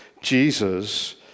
Jesus